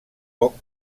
poc